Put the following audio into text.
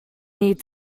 need